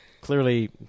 clearly